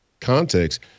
context